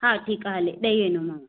हा ठीकु आहे हले ॾेई वेंदोमांव